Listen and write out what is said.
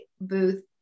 booth